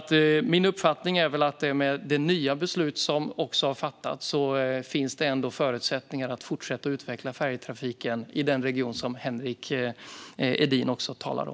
Min uppfattning är väl att det med det nya beslut som har fattats finns förutsättningar att fortsätta utveckla färjetrafiken i den region som Henrik Edin talar om.